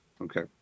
Okay